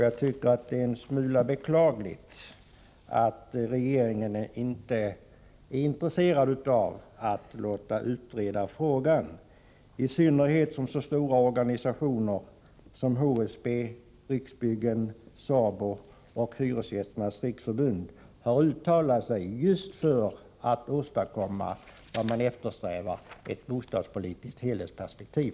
Jag tycker att det är en smula beklagligt att regeringen inte är intresserad av att låta utreda frågan, i synnerhet som så stora organisationer som HSB, Riksbyggen, SABO och Hyresgästernas riksförbund uttalat sig för att åstadkomma ett bostadspolitiskt helhetsperspektiv.